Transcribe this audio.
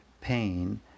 pain